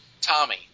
Tommy